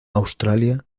australia